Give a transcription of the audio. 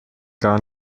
gar